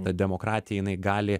ta demokratija jinai gali